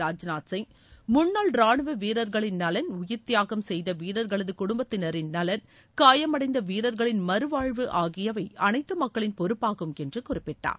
ராஜ்நாத் சிங் முன்னாள் ராணுவ வீரர்களின் நலன் உயிர் தியாகம் செய்த வீரர்களது குடும்பத்தினரின் நலன் காயம் அடைந்த வீரர்களின் மறுவாழ்வு ஆகியவை அனைத்து மக்களின் பொறுப்பாகும் என்று குறிப்பிட்டார்